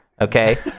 okay